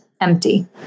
empty